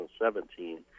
2017